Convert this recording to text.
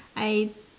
I